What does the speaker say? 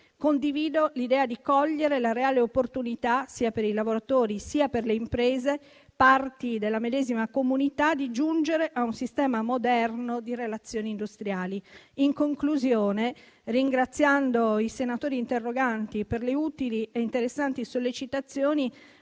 Condivido l'idea di cogliere la reale opportunità, sia per i lavoratori sia per le imprese, parti della medesima comunità, di giungere a un sistema moderno di relazioni industriali. In conclusione, ringraziando i senatori interroganti per le utili e interessanti sollecitazioni,